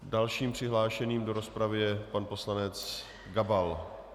Dalším přihlášeným do rozpravy je pan poslanec Gabal.